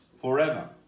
forever